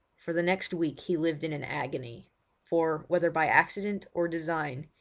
for the next week he lived in an agony for, whether by accident or design,